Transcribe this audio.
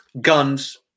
guns